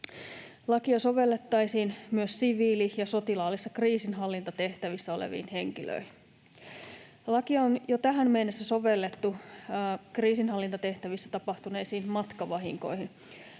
Lakia sovellettaisiin myös siviili- ja sotilaallisissa kriisinhallintatehtävissä oleviin henkilöihin. Lakia on jo tähän mennessä sovellettu kriisinhallintatehtävissä tapahtuneisiin matkavahinkoihin.